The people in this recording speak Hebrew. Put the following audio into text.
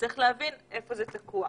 צריך להבין איפה זה תקוע,